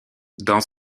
dans